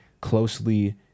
closely